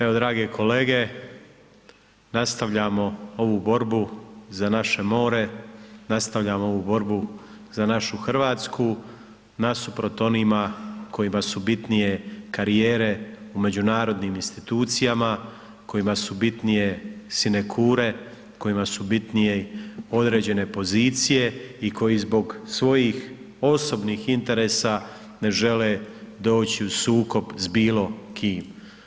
Evo, drage kolege, nastavljamo ovu borbu za naše more, nastavljamo ovu borbu za našu Hrvatsku, nasuprot onima kojima su bitnije karijere u međunarodnim institucijama, kojima su bitnije sinekure, kojima su bitnije određene pozicije i koji zbog svojih osobnih interesa ne žele doći u sukob s bilo kim.